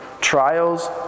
trials